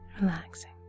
relaxing